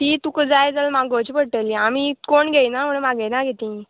तीं तुका जाय जाल्यार मागोवची पडटलीं आमी कोण घेयना म्हण मागयना गे तीं